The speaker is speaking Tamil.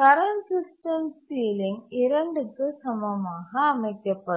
கரண்ட் சிஸ்டம் சீலிங் 2 க்கு சமமாக அமைக்கப்படும்